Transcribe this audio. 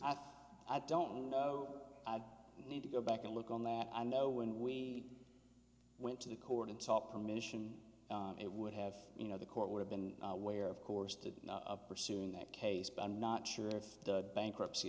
and i don't need to go back and look on that i know when we went to the court and sought permission it would have you know the court would have been aware of course to pursue in that case but i'm not sure if the bankruptcy